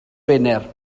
wener